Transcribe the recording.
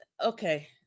Okay